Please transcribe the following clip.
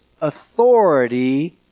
authority